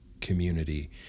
community